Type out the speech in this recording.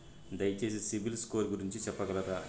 దయచేసి సిబిల్ స్కోర్ గురించి చెప్పగలరా?